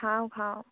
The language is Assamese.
খাও খাও